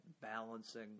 balancing